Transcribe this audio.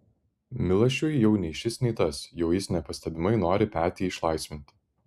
milašiui jau nei šis nei tas jau jis nepastebimai nori petį išlaisvinti